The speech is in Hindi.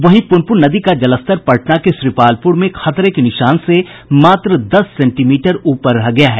वहीं पुनपुन नदी का जलस्तर पटना के श्रीपालपुर में खतरे के निशान से मात्र दस सेंटीमीटर ऊपर रह गया है